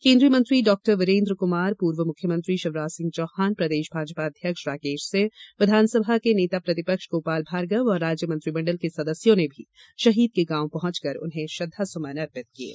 केन्द्रीय मंत्री डॉक्टर वीरेन्द्र कुमार पूर्व मुख्यमंत्री शिवराज सिंह चौहान प्रदेश भाजपा अध्यक्ष राकेश सिंह विधानसभा के नेता प्रतिपक्ष गोपाल भार्गव और राज्य मंत्रिमंडल के सदस्यों ने भी शहीद के गांव पहुंचकर उन्हें श्रद्वा सुमन अर्पित किये